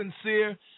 sincere